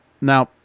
Now